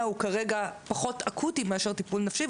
הוא כרגע פחות אקוטי מאשר טיפול נפשי,